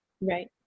Right